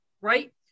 right